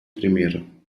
primeiro